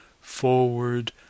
forward